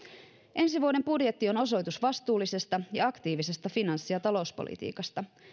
ensi vuoden budjetti on osoitus vastuullisesta ja aktiivisesta finanssi ja talouspolitiikasta